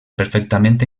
perfectament